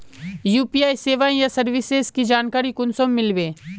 UPI सेवाएँ या services की जानकारी कुंसम मिलबे?